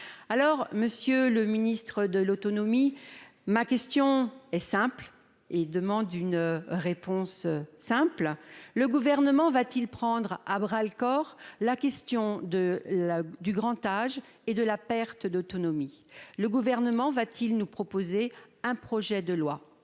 Alors, monsieur le ministre de l'autonomie, ma question est simple et appelle une réponse tout aussi simple : le Gouvernement va-t-il prendre à bras-le-corps la question du grand âge et de la perte d'autonomie ? Va-t-il nous proposer un projet de loi